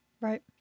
Right